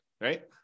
right